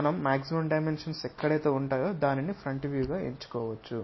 మనం maximum dimensions ఎక్కడైతే ఉంటాయో దానిని ఫ్రంట్ వ్యూ గా ఎంచుకోవచ్చు